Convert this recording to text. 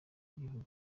igihugu